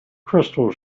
crystal